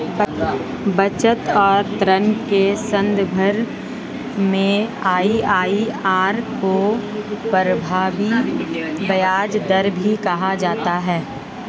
बचत और ऋण के सन्दर्भ में आई.आई.आर को प्रभावी ब्याज दर भी कहा जाता है